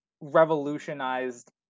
revolutionized